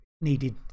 needed